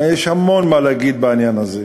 יש המון מה להגיד בעניין הזה.